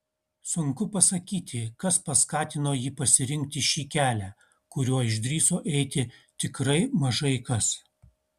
sunku pasakyti kas paskatino jį pasirinkti šį kelią kuriuo išdrįso eiti tikrai mažai kas